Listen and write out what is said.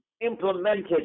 implemented